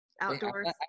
Outdoors